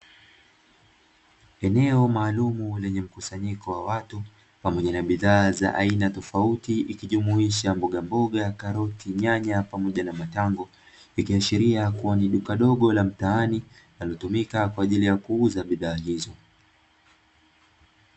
Eneo maalumu lenye mkusanyiko wa watu pamoja na bidhaa za aina tofauti ikijumuisha mbogamboga karoti nyanya pamoja na matango, ikiashiria kuwa ni duka dogo la mtaani linalotumika kwa ajili ya kuuza bidhaa hizo.